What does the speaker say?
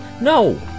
no